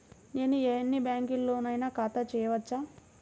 నేను ఎన్ని బ్యాంకులలోనైనా ఖాతా చేయవచ్చా?